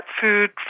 food